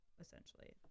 essentially